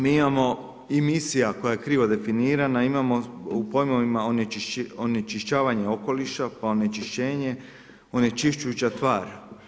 Mi imamo i misija koja je krivo definirana, imamo u pojmovima onečišćavanje okoliša, pa onečišćenje, onečišćujuća tvar.